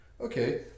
Okay